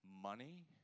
Money